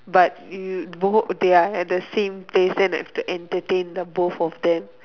but you both they are at the same place then have to entertain the both of them